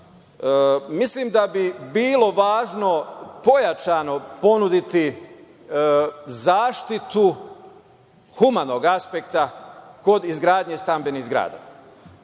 mislim da bi bilo važno pojačano ponuditi zaštitu humanog aspekta kod izgradnje stambenih zgrada.